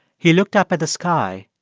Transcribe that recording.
he looked up at the sky,